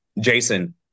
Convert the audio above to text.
Jason